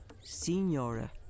Signora